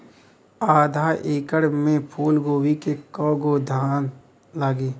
आधा एकड़ में फूलगोभी के कव गो थान लागी?